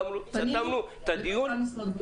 סתמנו את הדיון.